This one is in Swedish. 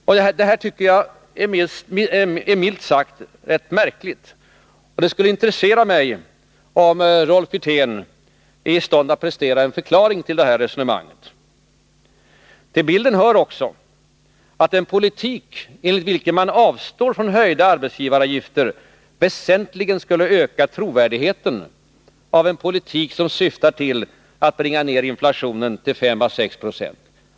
Detta är milt sagt märkligt, och det skulle intressera mig om Rolf Wirtén är i stånd att prestera en förklaring till detta resonemang. Till bilden hör också att en politik där man avstår från höjda arbetsgivaravgifter väsentligt skulle öka trovärdigheten av en politik som syftar till att bringa ned inflationen till 5 å 6 26.